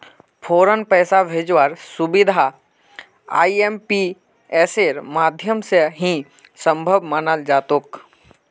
फौरन पैसा भेजवार सुबिधा आईएमपीएसेर माध्यम से ही सम्भब मनाल जातोक